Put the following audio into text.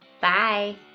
Bye